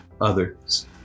others